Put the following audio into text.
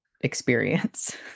experience